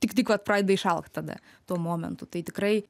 tik tik kad pradeda išalkt tada tuo momentu tai tikrai